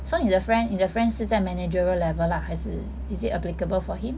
so 你的 friend 你的 friend 是在 managerial level lah 还是 is it applicable for him